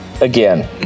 again